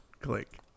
click